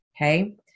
okay